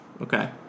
Okay